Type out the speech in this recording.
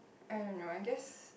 I don't know I just